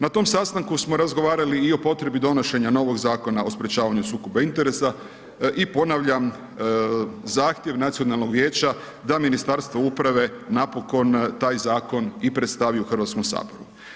Na tom sastanku smo razgovarali i o potrebi donošenja novog Zakona o sprječavanja sukoba interesa, i ponavljam, zahtjev nacionalnog vijeća, da Ministarstvo uprave, napokon taj zakon i predstavi u Hrvatskom saboru.